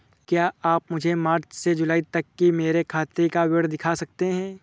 क्या आप मुझे मार्च से जूलाई तक की मेरे खाता का विवरण दिखा सकते हैं?